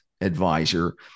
advisor